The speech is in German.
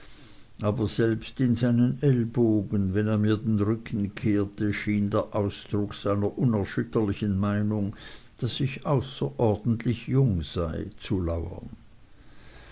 aber selbst in seinen ellbogen wenn er mir den rücken kehrte schien der ausdruck seiner unerschütterlichen meinung daß ich außerordentlich jung sei zu lauern